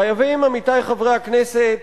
חייבים, עמיתי חברי הכנסת,